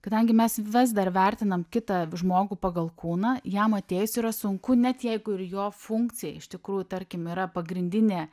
kadangi mes vis dar vertinam kitą žmogų pagal kūną jam atėjus yra sunku net jeigu ir jo funkcija iš tikrųjų tarkim yra pagrindinė